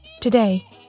Today